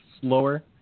slower